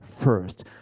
first